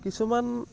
কিছুমান